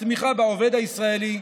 תמיכה בעובד הישראלי,